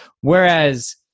whereas